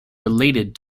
relegated